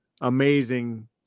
amazing